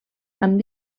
amb